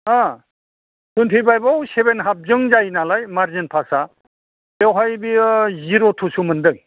हो टुवेन्टिफाइभआव सेभेन हाफजों जायो नालाय मारजिन पासआ बेवहाय बियो जिर' टुसो मोनदों